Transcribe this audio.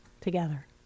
together